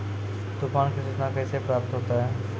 तुफान की सुचना कैसे प्राप्त होता हैं?